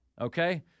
okay